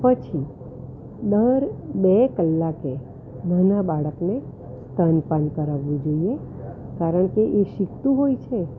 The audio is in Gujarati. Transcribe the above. પછી દર બે કલાકે નાના બાળકને સ્તનપાન કરાવવું જોઈએ કારણ કે એ શીખતું હોય છે